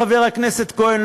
חבר הכנסת כהן,